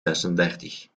zesendertig